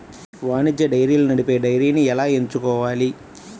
వాణిజ్య డైరీలను నడిపే డైరీని ఎలా ఎంచుకోవాలి?